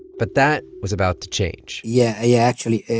but that was about to change yeah, yeah actually,